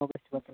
okay okay ma'am